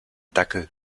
dackel